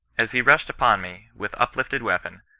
as he rushed upon me, with uplifted weapon,